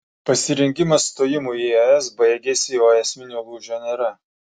pasirengimas stojimui į es baigėsi o esminio lūžio nėra